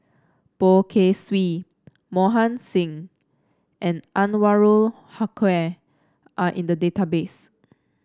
Poh Kay Swee Mohan Singh and Anwarul Haque are in the database